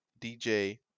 DJ